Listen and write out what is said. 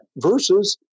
versus